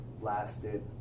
lasted